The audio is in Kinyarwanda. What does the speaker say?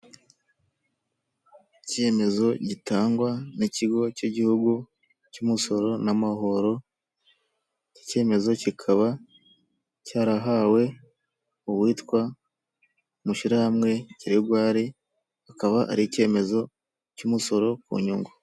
Icyemezo gitangwa n'ikigo cy'igihugu cy'umusoro n'amahoro, iki icyemezo kikaba cyarahawe uwitwa Mushyirahamwe Gregoire, akaba ari icyemezo cy'umusoro ku inyungu.